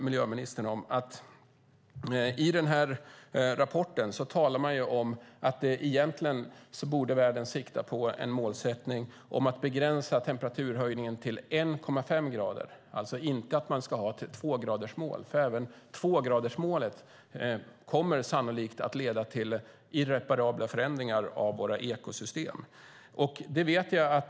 I rapporten talar man om att världen egentligen borde sikta på en målsättning att begränsa temperaturhöjningen till 1,5 grader, alltså inte ett tvågradersmål. Även tvågradersmålet kommer sannolikt att leda till irreparabla förändringar av våra ekosystem.